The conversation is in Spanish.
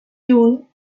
jun